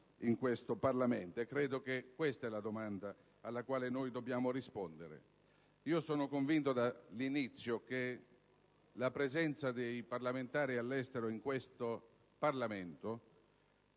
in questo Parlamento. Credo sia questa la domanda alla quale dobbiamo rispondere. Sono convinto dall'inizio che la presenza dei parlamentari all'estero in questo Parlamento